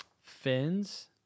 Fins